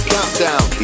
Countdown